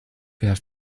have